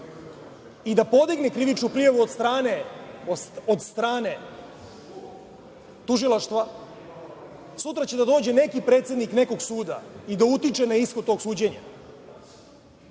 i da podigne krivičnu prijavu od strane tužilaštva, sutra će da dođe neki predsednik nekog suda i da utiče na ishod tog suđenja.